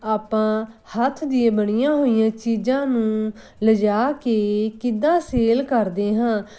ਆਪਾਂ ਹੱਥ ਦੀਆਂ ਬਣੀਆ ਹੋਈਆਂ ਚੀਜ਼ਾਂ ਨੂੰ ਲਿਜਾ ਕੇ ਕਿੱਦਾਂ ਸੇਲ ਕਰਦੇ ਹਾਂ